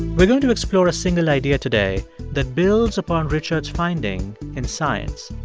we're going to explore a single idea today that builds upon richard's finding in science.